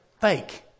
fake